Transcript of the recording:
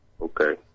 okay